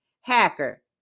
hacker